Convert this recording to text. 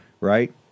right